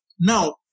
Now